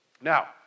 Now